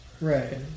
Right